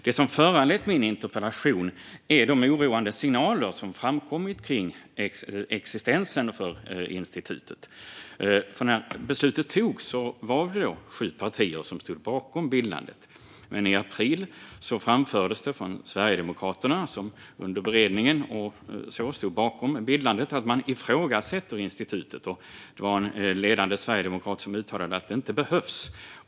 Det som har föranlett min interpellation är de oroande signaler som framkommit kring existensen för institutet. När beslutet togs var det alltså sju partier som stod bakom bildandet. Men i april framfördes det från Sverigedemokraterna, som under beredningen stod bakom bildandet, att man ifrågasätter institutet. En ledande sverigedemokrat uttalade att det inte behövs.